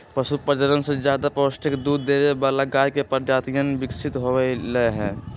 पशु प्रजनन से ज्यादा पौष्टिक दूध देवे वाला गाय के प्रजातियन विकसित होलय है